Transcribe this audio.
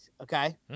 Okay